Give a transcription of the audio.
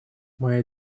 моя